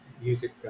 music